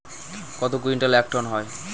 কত কুইন্টালে এক টন হয়?